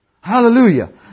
Hallelujah